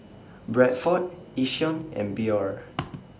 Bradford Yishion and Biore